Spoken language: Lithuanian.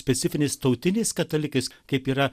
specifiniais tautiniais katalikais kaip yra